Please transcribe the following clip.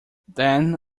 then